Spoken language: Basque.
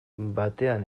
batean